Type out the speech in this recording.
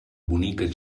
bonica